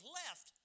left